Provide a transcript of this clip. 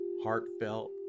heartfelt